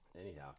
Anyhow